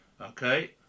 Okay